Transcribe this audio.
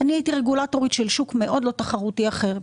אני הייתי רגולטורית של שוק מאוד לא תחרותי אחר,